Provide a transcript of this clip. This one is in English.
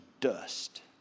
dust